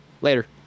later